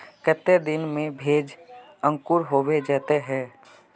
केते दिन में भेज अंकूर होबे जयते है?